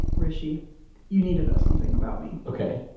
hrishi, you need to know something about me okay.